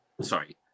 sorry